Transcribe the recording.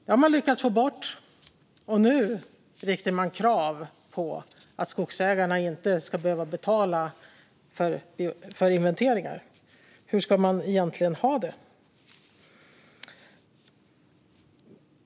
Det har man lyckats få bort, och nu riktar man krav på att skogsägarna inte ska behöva betala för inventeringar. Hur ska man egentligen ha det?